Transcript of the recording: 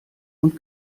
und